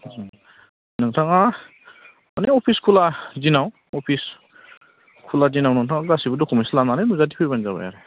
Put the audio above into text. नोंथाङा माने अफिस खुला दिनाव अफिस खुला दिनाव नोंथाङा गासैबो डकुमेन्स लानानै नुजाथिफैब्लानो जाबाय आरो